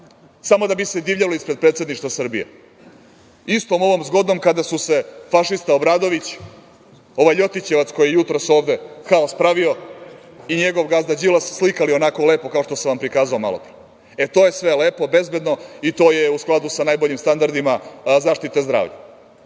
samo da bi se divljalo ispred Predsedništva Srbije, istom ovom zgodom, kada su se fašista Obradović, ovaj ljotićevac koji je jutros ovde haos pravio i njegov gazda Đilas slikali onako lepo kao što sam vam prikazao malo pre. E, to je sve lepo, bezbedno i to je u skladu sa najboljim standardima zaštite zdravlja,